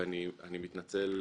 ואני מתנצל